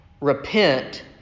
Repent